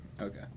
Okay